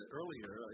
earlier